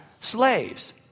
slaves